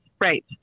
Right